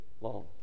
long